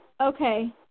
Okay